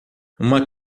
uma